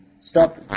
stop